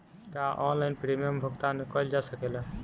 का online premium भुगतान कईल जा सकेला?